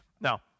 Now